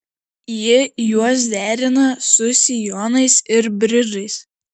ji juos derina su sijonais ir bridžais